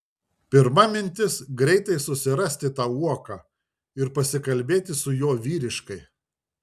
pirma mintis greitai susirasti tą uoką ir pasikalbėti su juo vyriškai